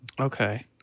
okay